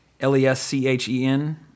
L-E-S-C-H-E-N